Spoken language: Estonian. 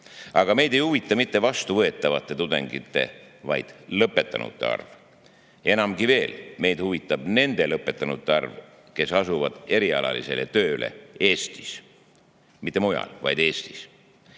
Aga meid ei huvita mitte vastuvõetavate tudengite, vaid lõpetanute arv. Enamgi veel, meid huvitab nende lõpetanute arv, kes asuvad erialasele tööle Eestis. Mitte mujal, vaid Eestis.